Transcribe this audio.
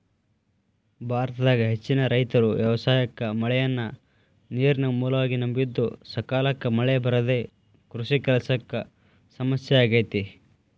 ಭಾರತದಾಗ ಹೆಚ್ಚಿನ ರೈತರು ವ್ಯವಸಾಯಕ್ಕ ಮಳೆಯನ್ನ ನೇರಿನ ಮೂಲವಾಗಿ ನಂಬಿದ್ದುಸಕಾಲಕ್ಕ ಮಳೆ ಬರದೇ ಕೃಷಿ ಕೆಲಸಕ್ಕ ಸಮಸ್ಯೆ ಆಗೇತಿ